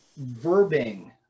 verbing